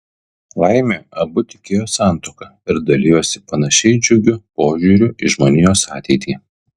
laimė abu tikėjo santuoka ir dalijosi panašiai džiugiu požiūriu į žmonijos ateitį